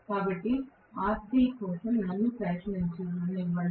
కాబట్టి Rc కోసం నన్ను ప్రయత్నించనివ్వండి